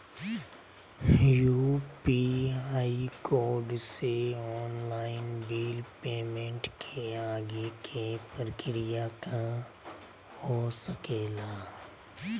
UPI code से online bill payment के आगे के प्रक्रिया का हो सके ला?